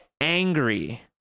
angry